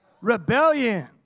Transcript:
Rebellion